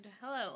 hello